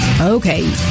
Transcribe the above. Okay